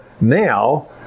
now